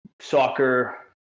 soccer